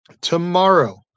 Tomorrow